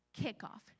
kickoff